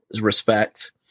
respect